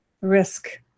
risk